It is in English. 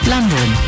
London